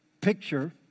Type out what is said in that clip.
picture